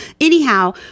anyhow